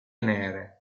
nere